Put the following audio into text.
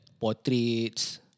Portraits